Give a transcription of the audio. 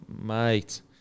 Mate